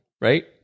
right